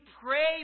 pray